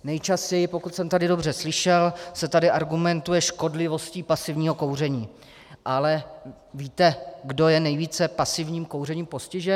Nejčastěji, pokud jsem tady dobře slyšel, se tady argumentuje škodlivostí pasivního kouření, ale víte, kdo je nejvíce pasivním kouřením postižen?